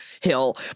hill